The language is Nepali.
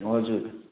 हजुर